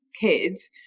kids